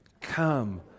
Come